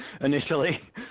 initially